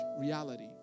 reality